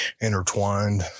intertwined